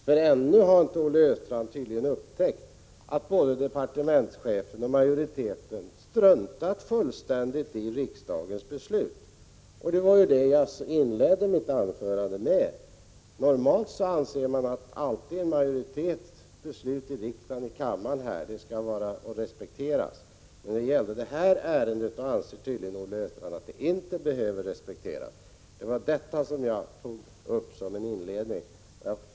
För ännu har tydligen inte Olle Östrand upptäckt att både departementschefen och majoriteten struntat fullständigt i riksdagens beslut. Det var det jag inledde mitt anförande med. Normalt anser man alltid att en majoritets beslut i riksdagen skall respekteras. Men i det här ärendet anser tydligen Olle Östrand att det beslutet inte behöver respekteras. Det var detta jag tog upp som en inledning.